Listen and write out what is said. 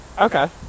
Okay